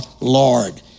Lord